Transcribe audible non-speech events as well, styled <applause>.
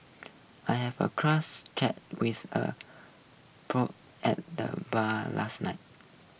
I have a <unintelligible> chat with a <unintelligible> at the bar last night